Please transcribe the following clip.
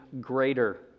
greater